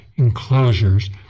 enclosures